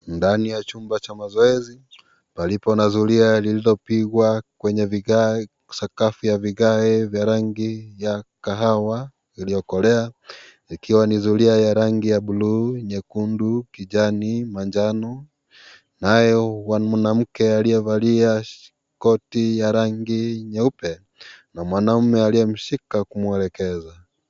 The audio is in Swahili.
Ndani ya chumba cha mazoezi, palipo na zulia liliopigwa kwenye sakafu ya vigae ya rangi ya kahawa iliyokolea, ikiwa ni zulia ya rangi ya bluu, nyekundu, kijani, manjano. Naye mwanamke aliyevalia koti ya rangi nyeupe na mwanaume aliyemshika kumwelekeza.